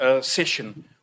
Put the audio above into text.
session